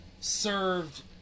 served